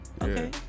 Okay